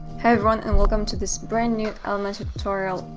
hi everyone and welcome to this brand new elementor tutorial.